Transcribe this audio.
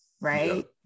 right